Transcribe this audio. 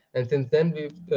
and since then,